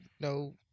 no